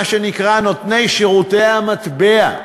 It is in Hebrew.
מה שנקרא "נותני שירותי מטבע",